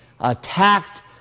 attacked